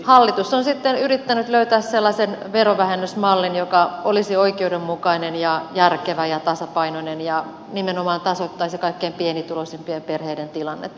hallitus on sitten yrittänyt löytää sellaisen verovähennysmallin joka olisi oikeudenmukainen ja järkevä ja tasapainoinen ja nimenomaan tasoittaisi kaikkein pienituloisimpien perheiden tilannetta